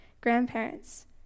grandparents